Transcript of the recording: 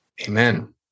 Amen